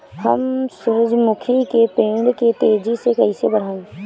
हम सुरुजमुखी के पेड़ के तेजी से कईसे बढ़ाई?